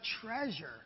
treasure